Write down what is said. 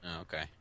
Okay